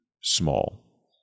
small